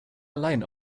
allein